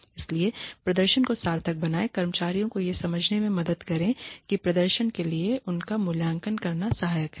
इसलिए प्रदर्शन को सार्थक बनाएँ कर्मचारियों को यह समझने में मदद करें कि प्रदर्शन के लिए उनका मूल्यांकन करना सहायक है